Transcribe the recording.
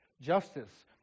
Justice